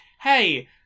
hey